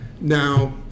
Now